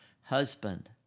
husband